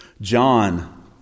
John